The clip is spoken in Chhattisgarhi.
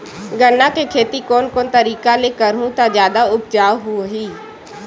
गन्ना के खेती कोन कोन तरीका ले करहु त जादा उपजाऊ होही?